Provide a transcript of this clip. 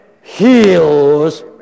heals